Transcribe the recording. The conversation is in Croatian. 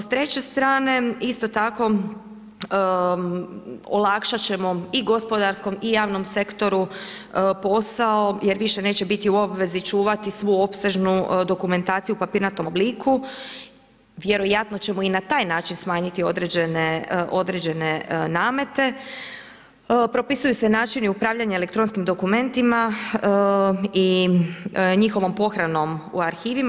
S treće strane isto tako olakšat ćemo i gospodarskom i javnom sektoru posao jer više neće biti u obvezi čuvati svu opsežnu dokumentaciju u papirnatom obliku, vjerojatno ćemo i na taj način smanjiti određene namete, propisuju se načini upravljanja elektronskim dokumentima i njihovom pohranom u arhivima.